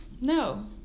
No